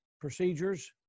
procedures